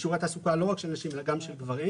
בשיעור התעסוקה לא רק של נשים אלא גם של גברים.